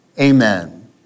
Amen